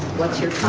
what's your